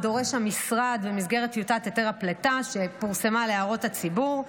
המשרד דורש אותם במסגרת טיוטת היתר הפליטה שפורסמה להערות הציבור.